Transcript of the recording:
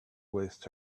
waste